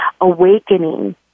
Awakening